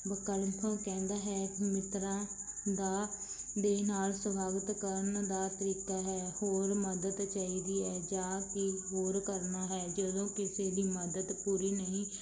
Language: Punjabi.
ਬਕਲਮ ਕਹਿੰਦਾ ਹੈ ਮਿੱਤਰਾਂ ਦਾ ਦੇ ਨਾਲ ਸਵਾਗਤ ਕਰਨ ਦਾ ਤਰੀਕਾ ਹੈ ਹੋਰ ਮਦਦ ਚਾਹੀਦੀ ਹੈ ਜਾਂ ਕਿ ਹੋਰ ਕਰਨਾ ਹੈ ਜਦੋਂ ਕਿਸੇ ਦੀ ਮਦਦ ਪੂਰੀ ਨਹੀਂ